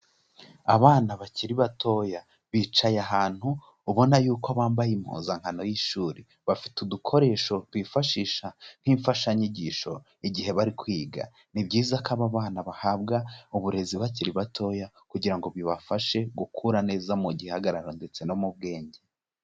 Abana bakiri batoya bicaye ahantu ubona yuko bambaye impuzankano y'ishuri, bafite udukoresho bifashisha nk'imfashanyigisho igihe bari kwiga, ni byiza ko aba bana bahabwa uburezi bakiri batoya kugira ngo bibafashe gukura neza mu gihagararo ndetse no mu bwenge.